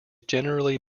generally